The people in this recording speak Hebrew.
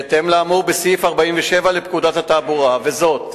בהתאם לאמור בסעיף 47 לפקודת התעבורה, וזאת: